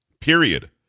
period